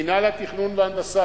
מינהל התכנון וההנדסה,